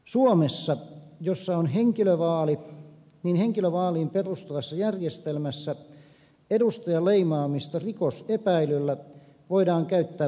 suomessa jossa on henkilövaali henkilövaaliin perustuvassa järjestelmässä edustajan leimaamista rikosepäilyllä voidaan käyttää poliittisena aseena